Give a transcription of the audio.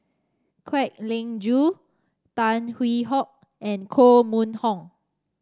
Kwek Leng Joo Tan Hwee Hock and Koh Mun Hong